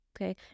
okay